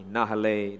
Nahale